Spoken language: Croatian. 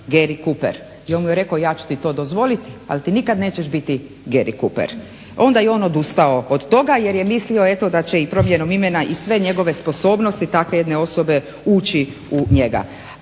i on mu je rekao ja ću ti to dozvoliti ali ti nikad nećeš biti Gary Cooper. Onda je on odustao od toga jer je mislio eto da će i promjenom imena i sve njegove sposobnosti takve jedne osobe ući u njega.